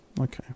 Okay